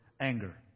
anger